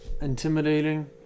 intimidating